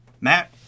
matt